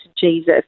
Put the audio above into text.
Jesus